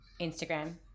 Instagram